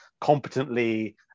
competently